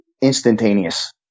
instantaneous